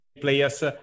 players